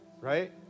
right